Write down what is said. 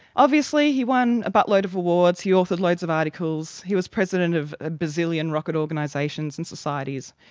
obviously he won a buttload of awards, he authored loads of articles, he was president of a bazillion rocket organisations and societies,